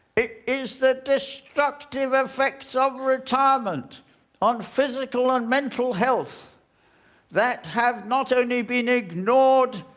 it is that destructive effects of retirement on physical and mental health that have not only been ignored,